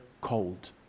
cold